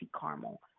caramel